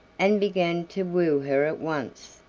and began to woo her at once.